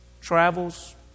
travels